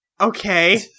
Okay